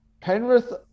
Penrith